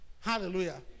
Hallelujah